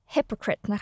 Hypocrite